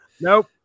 Nope